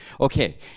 Okay